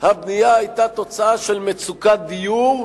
היתה הבנייה תוצאה של מצוקת דיור,